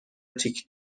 تیک